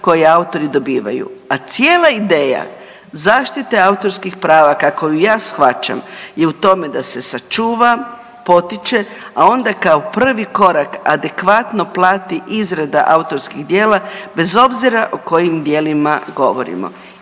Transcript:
koje autori dobivaju. A cijela ideja zaštite autorskih prava kako ju ja shvaćam je u tome da se sačuva, potiče, a onda kao prvi korak adekvatno plati izrada autorskih djela, bez obzira o kojim djelima govorimo.